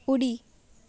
उडी